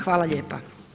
Hvala lijepa.